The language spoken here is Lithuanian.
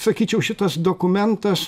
sakyčiau šitas dokumentas